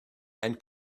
and